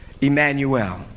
Emmanuel